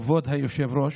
כבוד היושב-ראש,